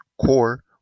core